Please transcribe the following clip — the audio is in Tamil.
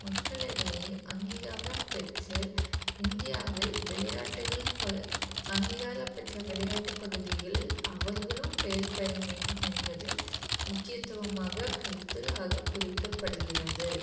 மக்களிடையே அங்கீகாரம் பெற்று இந்தியாவில் விளையாட்டுகள் ப அங்கீகாரம் பெற்ற விளையாட்டுப் பகுதிகளில் அவர்களும் பெயர் பெற வேண்டும் என்பது முக்கியத்துவமாக கணித்ததாக குறிக்கப்படுகிறது